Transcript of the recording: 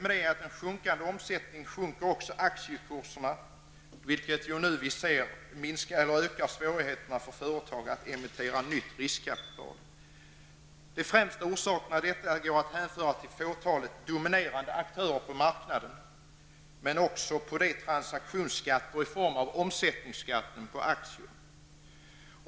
Med sjunkande omsättning sjunker också aktiekurserna, vilket ökar svårigheterna för företagen att emittera nytt riskkapital. De främsta orsakerna till detta går att hänföra till fåtalet dominerande aktörer på aktiemarknaden men också till transaktionsskatt i form av omsättningsskatt på aktier.